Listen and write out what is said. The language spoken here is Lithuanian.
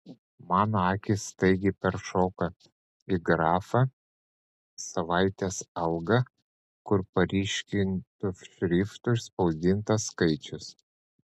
mano akys staigiai peršoka į grafą savaitės alga kur paryškintu šriftu išspausdintas skaičius